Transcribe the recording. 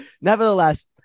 nevertheless